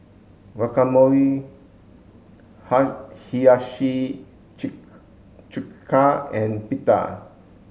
Guacamole Hiyashi Chuka and Pita